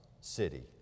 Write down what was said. city